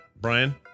Brian